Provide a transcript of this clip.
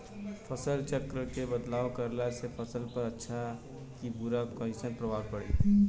फसल चक्र मे बदलाव करला से फसल पर अच्छा की बुरा कैसन प्रभाव पड़ी?